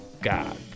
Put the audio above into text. God